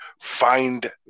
find